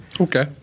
Okay